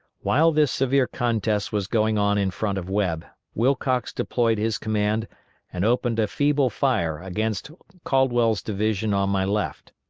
while this severe contest was going on in front of webb, wilcox deployed his command and opened a feeble fire against caldwell's division on my left.